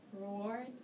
Reward